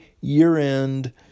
year-end